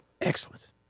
Excellent